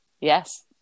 Yes